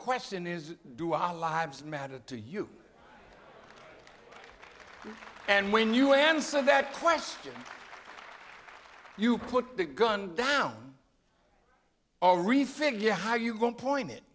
question is do our lives matter to you and when you answer that question you put the gun down all refigure how you going point it